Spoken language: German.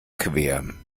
quer